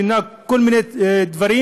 שינה כל מיני דברים,